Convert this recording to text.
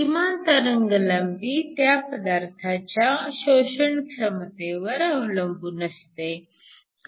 किमान तरंगलांबी त्या पदार्थाच्या शोषणक्षमतेवर अवलंबून असते